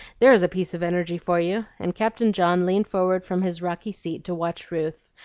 there's a piece of energy for you! and captain john leaned forward from his rocky seat to watch ruth,